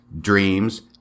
dreams